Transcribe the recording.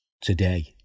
today